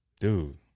dude